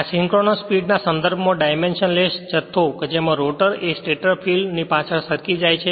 આ synchronous speed ના સંદર્ભમાં ડાયમેન્શનલેસ જથ્થો છે કે જેમાં રોટર એ સ્ટેટર ફિલ્ડ ની પાછળ સરકી જાય છે